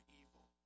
evil